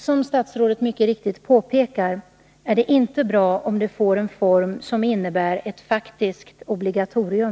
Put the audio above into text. Som statsrådet mycket riktigt påpekar är det inte bra om det får en form som innebär ett faktiskt obligatorium.